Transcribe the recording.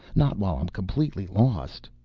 not while i'm completely lost